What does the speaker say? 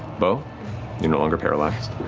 beau, you're no longer paralyzed.